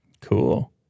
Cool